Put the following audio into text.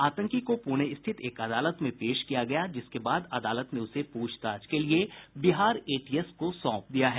आतंकी को पुणे स्थित एक अदालत में पेश किया गया जिसके बाद अदालत ने उसे पूछताछ के लिए बिहार एटीएस को सौंप दिया है